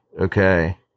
okay